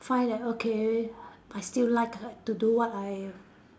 find that okay I still like like to do what I